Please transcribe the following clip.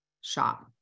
shop